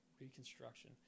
reconstruction